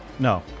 no